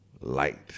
light